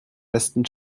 besten